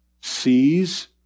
sees